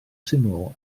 syml